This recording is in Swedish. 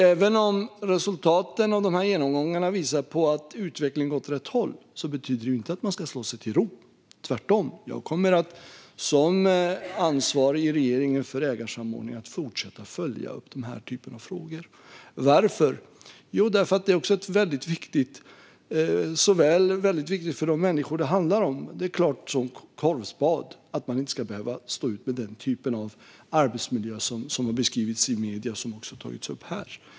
Även om resultaten av genomgångarna visar att utvecklingen går åt rätt håll betyder inte det att man ska slå sig till ro, utan tvärtom. Jag kommer att som ansvarig i regeringen för ägarsamordningen fortsätta att följa upp den här typen av frågor. Varför? Jo, för att det är väldigt viktigt för de människor det handlar om. Det är klart som korvspad att man inte ska behöva stå ut med den typ av arbetsmiljö som har beskrivits i medierna och som har tagits upp här.